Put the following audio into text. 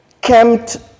camped